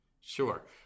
Sure